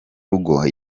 rugo